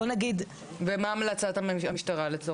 מה המלצת המשטרה לצורך העניין?